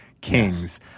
kings